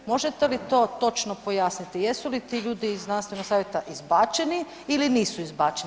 Možete li to točno pojasniti jesu li ti ljudi iz znanstvenog savjeta izbačeni ili nisu izbačeni?